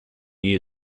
year